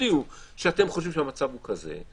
תודיעו שאתם חושבים שהמצב הוא כזה,